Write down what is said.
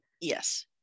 yes